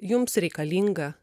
jums reikalinga